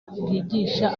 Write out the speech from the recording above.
bwigisha